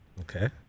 Okay